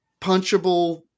punchable